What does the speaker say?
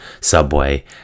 subway